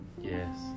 Yes